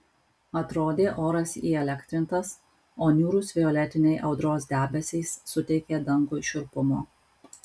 atrodė oras įelektrintas o niūrūs violetiniai audros debesys suteikė dangui šiurpumo